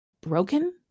broken